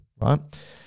right